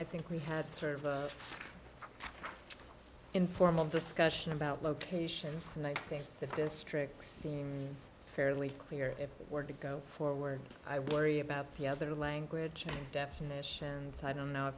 i think we had sort of the informal discussion about location and i think the district seems fairly clear if it were to go forward i worry about the other language definitions i don't know if